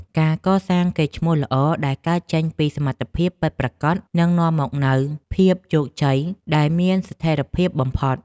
ការកសាងកេរ្តិ៍ឈ្មោះល្អដែលកើតចេញពីសមត្ថភាពពិតប្រាកដនឹងនាំមកនូវភាពជោគជ័យដែលមានស្ថិរភាពបំផុត។